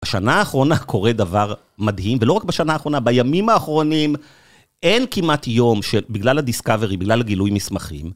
השנה האחרונה קורה דבר מדהים, ולא רק בשנה האחרונה, בימים האחרונים אין כמעט יום שבגלל הדיסקאברי, בגלל הגילוי מסמכים.